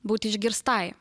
būti išgirstai